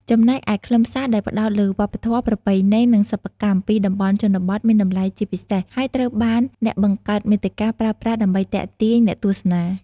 ចំណែកឯខ្លឹមសារដែលផ្តោតលើ វប្បធម៌ ប្រពៃណី និងសិប្បកម្ម ពីតំបន់ជនបទមានតម្លៃជាពិសេស ហើយត្រូវបានអ្នកបង្កើតមាតិកាប្រើប្រាស់ដើម្បីទាក់ទាញអ្នកទស្សនា។